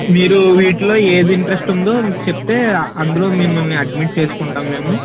మీరు వీటిలో ఏది ఇంట్రెస్ట్ ఉందో చెప్తే అందులో మిమ్మల్ని అడ్మిట్ చేసుకుంటాము మేము